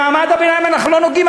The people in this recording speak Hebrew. במעמד הביניים אנחנו לא נוגעים,